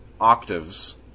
octaves